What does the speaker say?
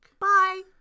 Bye